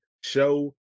show